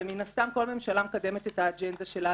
ומן הסתם כל ממשלה מקדמת את האג'נדה שלה,